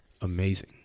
amazing